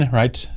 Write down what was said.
right